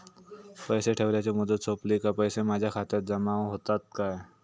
पैसे ठेवल्याची मुदत सोपली काय पैसे माझ्या खात्यात जमा होतात काय?